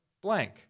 blank